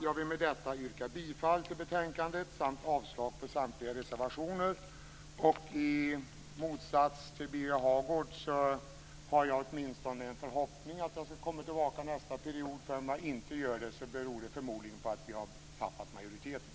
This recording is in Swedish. Jag vill med det anförda yrka bifall till hemställan i betänkandet och avslag på samtliga reservationer. I motsats till Birger Hagård har jag åtminstone en förhoppning om att jag skall komma tillbaka till riksdagen under nästa mandatperiod. Om jag inte gör det beror det förmodligen på att vi har förlorat majoriteten.